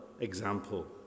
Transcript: example